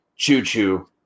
Choo-choo